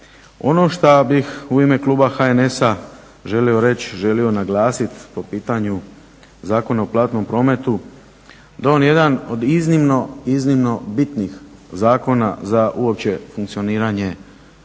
Ono šta bih u ime kluba HNS-a želio reći, želio naglasit po pitanju Zakona o platnom prometu, da je on jedan od iznimno bitnih zakona za uopće funkcioniranje